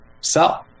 sell